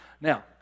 now